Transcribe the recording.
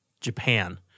Japan